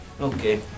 Okay